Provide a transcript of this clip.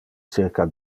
circa